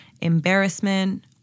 embarrassment